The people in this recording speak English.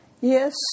Yes